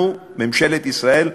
אנחנו, ממשלת ישראל,